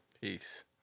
Peace